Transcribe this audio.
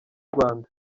rwanda